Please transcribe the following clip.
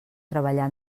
treballar